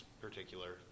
particular